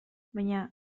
baina